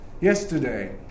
Yesterday